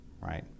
right